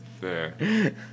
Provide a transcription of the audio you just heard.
Fair